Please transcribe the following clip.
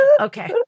Okay